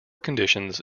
conditions